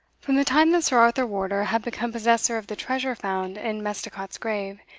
from the time that sir arthur wardour had become possessor of the treasure found in misticot's grave,